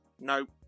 Nope